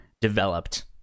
developed